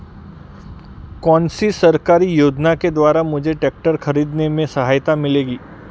कौनसी सरकारी योजना के द्वारा मुझे ट्रैक्टर खरीदने में सहायता मिलेगी?